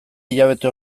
hilabete